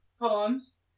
poems